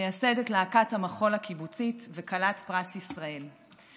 מייסדת להקת המחול הקיבוצית וכלת פרס ישראל.